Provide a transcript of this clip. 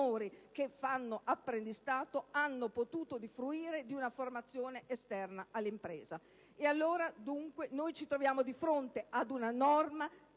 che fanno apprendistato) hanno potuto usufruire di una formazione esterna alle imprese. Quindi, ci troviamo di fronte a una norma